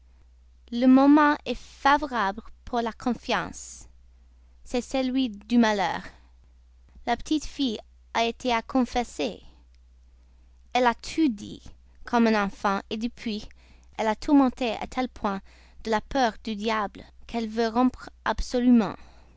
le moment est favorable pour la confiance c'est celui du malheur la petite fille a été à confesse elle a tout dit comme un enfant depuis elle est tourmentée à tel point de la peur du diable qu'elle veut rompre absolument